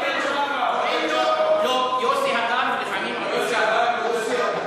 קוראים לו יוסי הדר, ולפעמים עודד שחר.